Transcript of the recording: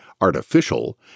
artificial